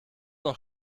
noch